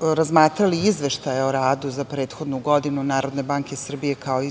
razmatrali izveštaje o radu za prethodnu godinu Narodne banke Srbije, kao i